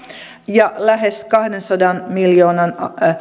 ja lähes kahdensadan miljoonan